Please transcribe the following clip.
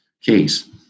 case